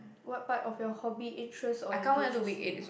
what part of your hobby interest or engages you